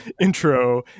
intro